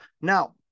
now